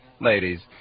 ladies